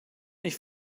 ich